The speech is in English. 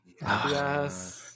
Yes